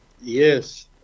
Yes